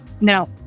No